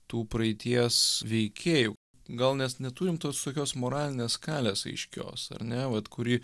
tų praeities veikėjų gal mes neturim tos tokios moralinės skalės aiškios ar ne vat kuri